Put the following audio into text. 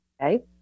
Okay